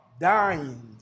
dying